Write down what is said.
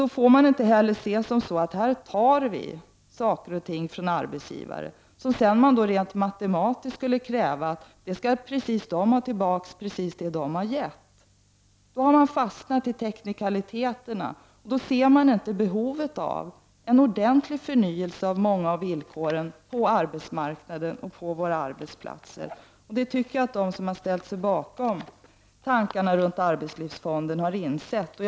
Då kan man inte säga att man tar från vissa arbetsgivare och att de sedan skall med matematisk exakthet ha tillbaka lika mycket. Då har man fastnat i teknikaliteter, och då ser man inte behovet av en ordentlig förnyelse av många av villkoren på arbetsmarknaden och enskilda arbetsplatser. De som ställt sig bakom tankarna kring arbetslivsfonden har insett detta.